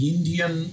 Indian